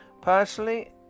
Personally